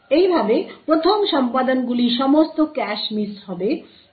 এইভাবে প্রথম সম্পাদনগুলি সমস্ত ক্যাশ মিস হবে